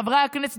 חברי הכנסת,